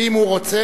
אם הוא רוצה.